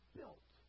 built